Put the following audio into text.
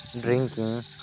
drinking